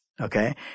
okay